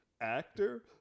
actor